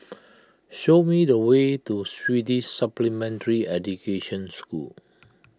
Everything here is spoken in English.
show me the way to Swedish Supplementary Education School